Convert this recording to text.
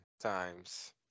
times